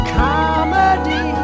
comedy